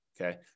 Okay